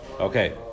Okay